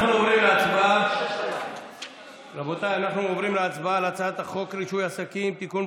אנחנו עוברים להצבעה על הצעת חוק רישוי עסקים (תיקון,